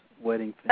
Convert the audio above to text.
wedding